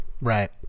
right